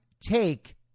take